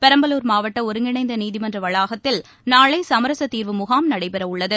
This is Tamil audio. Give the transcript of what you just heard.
பெரம்பலூர் மாவட்டஒருங்கிணைந்தநீதிமன்றவளாகத்தில் நாளைசமரசதீர்வு முகாம் நடைபெறவுள்ளது